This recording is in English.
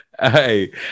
Hey